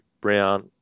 Brown